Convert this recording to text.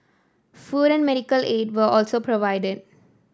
food and medical aid were also provided